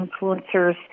influencers